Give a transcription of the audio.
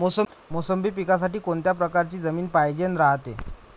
मोसंबी पिकासाठी कोनत्या परकारची जमीन पायजेन रायते?